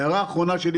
הערה אחרונה.